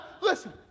listen